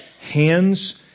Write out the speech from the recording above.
Hands